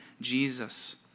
Jesus